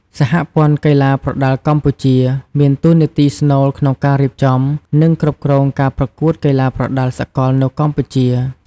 សហព័ន្ធកីឡាប្រដាល់កម្ពុជា មានតួនាទីស្នូលក្នុងការរៀបចំ និងគ្រប់គ្រងការប្រកួតកីឡាប្រដាល់សកលនៅកម្ពុជា។